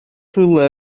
rhywle